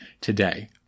today